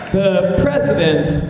president,